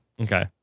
Okay